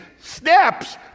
steps